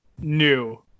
new